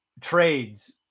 trades